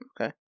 Okay